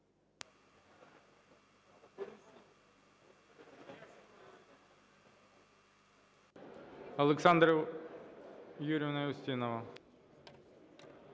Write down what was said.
Олександра Юріївна Устінова.